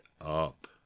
up